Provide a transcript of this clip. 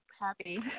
happy